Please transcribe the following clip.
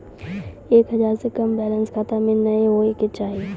एक हजार से कम बैलेंस खाता मे नैय होय के चाही